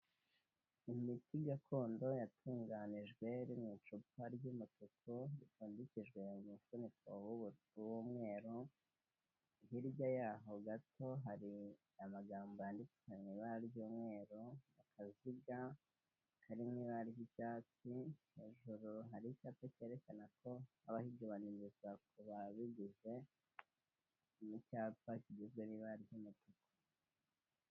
Imiti gakondo yatunganijwe iri mu icupa ry'umutuku ripfundikijwe umufuniko w'umweru, hirya y'aho gato hari amagambo yanditse mu ibara ry'umweru, hirya hari n'ibara ry'icyatsi. Hirya hari icyapa cyerekana ko habaho igabanyirizwa kubabiguze, ni icyapa kigizwe n'ibara ry'umutuku.